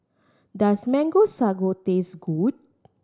does Mango Sago taste good